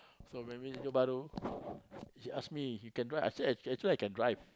so when we Johor-Bahru he ask me if you can drive I say actually I can drive